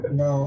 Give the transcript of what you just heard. no